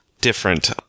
different